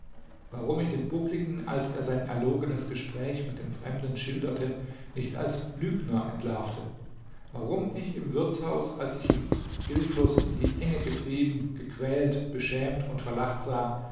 warum ich den buckligen als er sein erlogenes gespräch mit dem fremden schilderte nicht als lügner entlarvte warum ich im wirtshaus als ich ihn hilflos in die enge getrieben gequält beschämt und verlacht sah